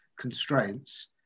constraints